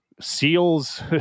seals